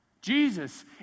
Jesus